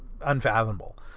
unfathomable